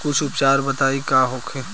कुछ उपचार बताई का होखे?